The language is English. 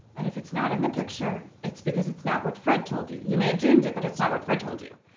and if its not in the picture it's because it's not what fred told you. you may have dreamed it but it's not what fred told you.